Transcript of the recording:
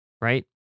right